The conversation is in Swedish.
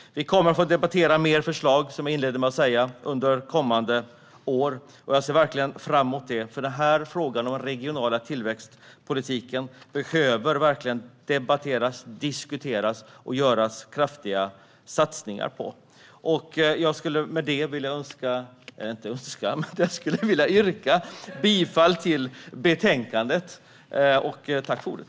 Vi kommer att få debattera fler förslag under kommande år inom den regionala tillväxtpolitiken, vilket jag verkligen ser fram emot. Frågan om den regionala tillväxtpolitiken behöver verkligen debatteras, diskuteras och göras kraftiga satsningar på. Med detta vill jag yrka bifall till utskottets förslag i betänkandet.